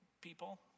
people